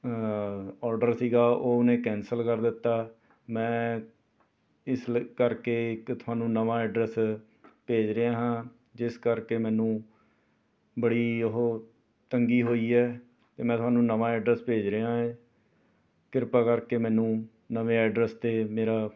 order ਸੀਗਾ ਉਹ ਉਹਨੇ ਕੈਂਸਲ ਕਰ ਦਿੱਤਾ ਮੈਂ ਇਸ ਲ ਕਰਕੇ ਇੱਕ ਤੁਹਾਨੂੰ ਨਵਾਂ ਐੱਡਰਸ ਭੇਜ ਰਿਹਾ ਹਾਂ ਜਿਸ ਕਰਕੇ ਮੈਨੂੰ ਬੜੀ ਉਹ ਤੰਗੀ ਹੋਈ ਹੈ ਅਤੇ ਮੈਂ ਤੁਹਾਨੂੰ ਨਵਾਂ ਐੱਡਰਸ ਭੇਜ ਰਿਹਾ ਹੈ ਕਿਰਪਾ ਕਰਕੇ ਮੈਨੂੰ ਨਵੇਂ ਐੱਡਰਸ 'ਤੇ ਮੇਰਾ